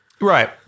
right